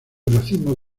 racimos